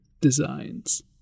designs